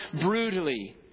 brutally